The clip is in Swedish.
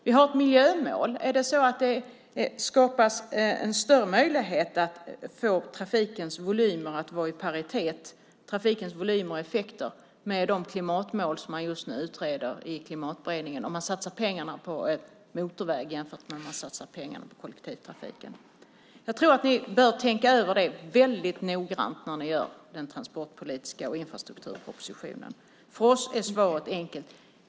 Vi har ett miljömål. Skapas det större möjligheter att få trafikens volymer och effekter att vara i paritet med de klimatmål som just nu utreds i Klimatberedningen om man satsar pengarna på motorvägar jämfört med att satsa dem på kollektivtrafiken? Ni bör tänka över detta mycket noggrant när ni tar fram den transportpolitiska propositionen och infrastrukturpropositionen. För oss är svaret enkelt.